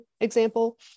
example